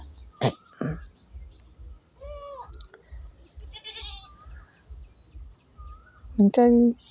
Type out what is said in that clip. ᱚᱝᱠᱟ ᱜᱮ